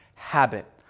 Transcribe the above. habit